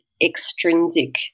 extrinsic